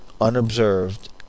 unobserved